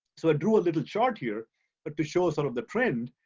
so i do a little chart here, but to show sort of the trend,